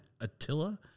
Attila